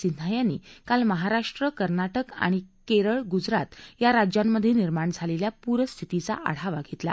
सिन्हा यांनी काल महाराष्ट्र कर्नाटक केरळ आणि गुजरात या राज्यांमध्ये निर्माण झालेल्या पूरस्थितीचा आढावा घेतला